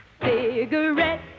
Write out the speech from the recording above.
cigarette